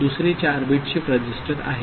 दुसरे 4 bit shift register आहे